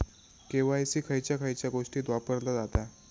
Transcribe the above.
KYC खयच्या खयच्या गोष्टीत वापरला जाता?